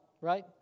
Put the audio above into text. right